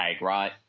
right